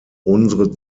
unsere